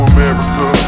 America